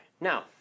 Now